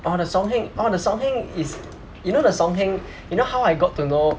orh the song heng orh the song heng is you know the song heng you know how I got to know